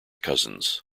cousins